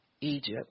egypt